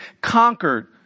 conquered